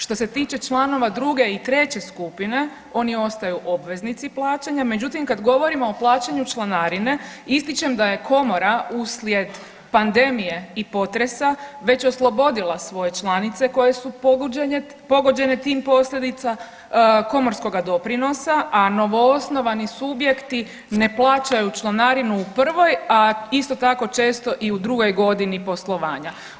Što se tiče članova druge i treće skupine oni ostaju obveznici plaćanja, međutim kad govorimo o plaćanju članarine ističem da je Komora uslijed pandemije i potresa već oslobodila svoje članice koje su pogođene tim posljedicama komorskoga doprinosa, a novo osnovani subjekti ne plaćaju članarinu u prvoj, a isto tako često i u drugoj godini poslovanja.